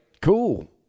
cool